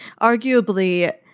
Arguably